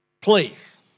please